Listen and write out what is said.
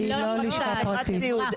היא לא לשכה פרטית.